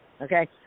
okay